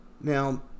Now